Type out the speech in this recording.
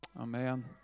Amen